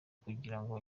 kugirango